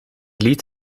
liet